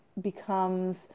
becomes